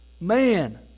man